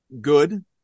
good